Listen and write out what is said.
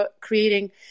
creating